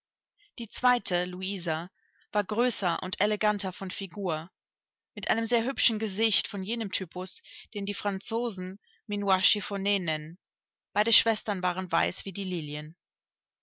die zweite louisa war größer und eleganter von figur mit einem sehr hübschen gesicht von jenem typus den die franzosen minois chiffonn nennen beide schwestern waren weiß wie die lilien